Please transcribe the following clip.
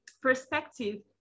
perspective